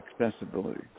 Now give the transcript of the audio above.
accessibility